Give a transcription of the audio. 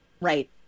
Right